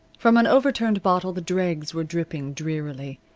from an overturned bottle the dregs were dripping drearily.